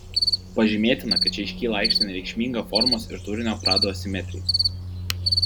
pažymėtina kad čia iškyla aikštėn reikšminga formos ir turinio pradų asimetrija